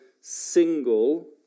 single